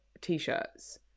T-shirts